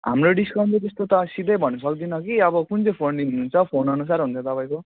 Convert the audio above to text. हाम्रो डिस्काउन्ट त त्यस्तो सिधैँ भन्नु सक्दिनँ कि अब कुन चाहिँ फोन लिनुहुन्छ फोनअनुसार हुन्छ तपाईँको